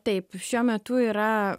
taip šiuo metu yra